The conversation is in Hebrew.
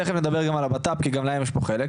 תיכף נדבר גם על המשרד לביטחון פנים כי גם להם יש פה חלק.